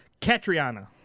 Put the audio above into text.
Katriana